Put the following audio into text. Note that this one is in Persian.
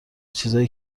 چیزایی